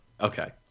Okay